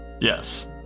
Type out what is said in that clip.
Yes